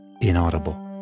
Inaudible